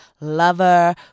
lover